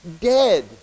Dead